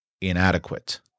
inadequate